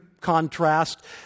contrast